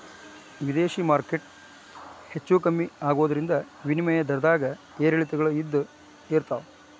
ವಿದೇಶಿ ಮಾರ್ಕೆಟ್ ಹೆಚ್ಚೂ ಕಮ್ಮಿ ಆಗೋದ್ರಿಂದ ವಿನಿಮಯ ದರದ್ದಾಗ ಏರಿಳಿತಗಳು ಇದ್ದ ಇರ್ತಾವ